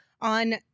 On